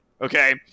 Okay